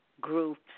groups